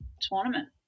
tournament